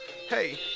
Hey